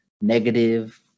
negative